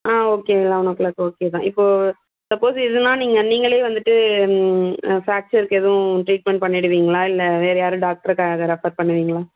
ஆ okay eleven o'clock okay தான் இப்போது suppose இதுனால் நீங்கள் நீங்களே வந்துட்டு ஃப்ராக்ச்சருக்கு எதுவும் ட்ரீட்மெண்ட் பண்ணிவிடுவீங்களா இல்லை வேறு யாரும் டாக்டரை க ரெஃப்பர் பண்ணுவீங்களா